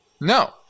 No